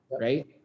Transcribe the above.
right